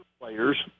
players